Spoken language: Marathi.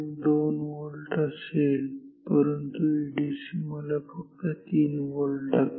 2 व्होल्ट असेल परंतु एडीसी मला फक्त 3 व्होल्ट दाखवेल